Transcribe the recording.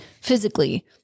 physically